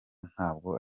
ntabwo